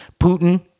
Putin